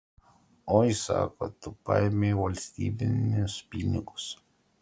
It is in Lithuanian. oi sako tu paėmei valstybinius pinigus